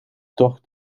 toch